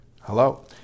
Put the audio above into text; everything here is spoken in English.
Hello